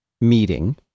meeting